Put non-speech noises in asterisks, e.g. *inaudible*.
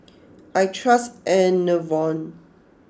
*noise* I trust Enervon